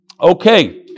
Okay